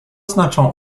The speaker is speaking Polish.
znaczą